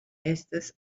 estas